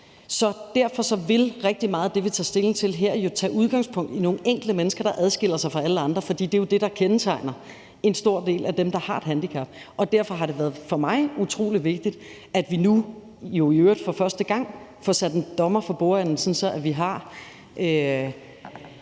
Derfor vil rigtig meget af det, vi tager stilling til her, jo tage udgangspunkt i nogle enkelte mennesker, der adskiller sig fra alle andre, for det er det, der kendetegner en stor del af dem, der har et handicap. Derfor har det for mig været utrolig vigtigt, at vi nu, jo i øvrigt for første gang, får sat en dommer for bordenden, sådan at vi på